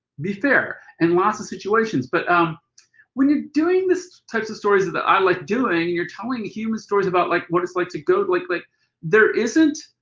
be fair. and lots of situations. but um when you're doing this types of stories that i like doing, and you're telling human stories about like what it's like to go like like there isn't,